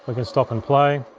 like can stop and play.